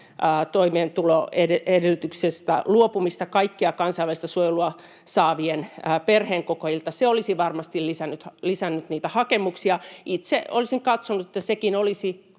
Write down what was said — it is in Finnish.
toimeentuloedellytyksestä luopumista kaikilta kansainvälistä suojelua saavilta perheenkokoajilta, olisi varmasti lisännyt niitä hakemuksia. Itse olisin katsonut, että sekin olisi